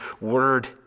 word